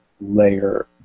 layer